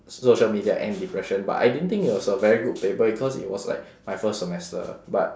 social media and depression but I didn't think it was a very good paper because it was like my first semester but